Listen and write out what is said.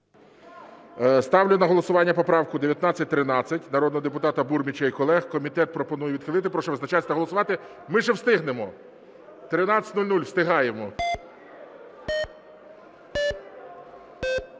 Ставлю на голосування поправку 1913 народного депутата Бурміча і колег. Комітет пропонує відхилити. Прошу визначатись та голосувати. (Шум у залі) Ми ще встигнемо. 13:00, встигаємо.